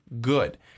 good